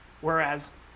Whereas